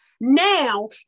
now